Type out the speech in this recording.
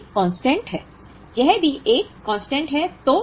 यह भी एक स्थिरांक कांस्टेंट है